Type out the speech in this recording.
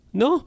no